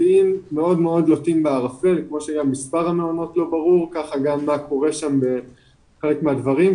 מספר המעונות לא ברור וכך גם מה קורה שם בחלק מהדברים,